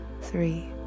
three